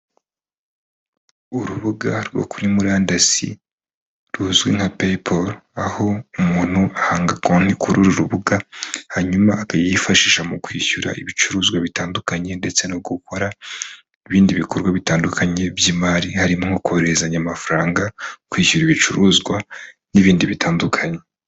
Urubuga rwo kuri murandasi ruzwi nka ''Pepari'', aho umuntu ahanga konti kuri uru rubuga, hanyuma akayifashisha mu kwishyura ibicuruzwa bitandukanye ndetse no gukora ibindi bikorwa bitandukanye by'imari harimo: nko kohererezanya amafaranga, kwishyura ibicuruzwa n'ibindi bitandukanye.